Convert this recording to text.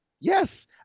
yes